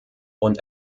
und